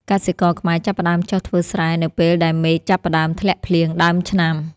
កសិករខ្មែរចាប់ផ្តើមចុះធ្វើស្រែនៅពេលដែលមេឃចាប់ផ្តើមធ្លាក់ភ្លៀងដើមឆ្នាំ។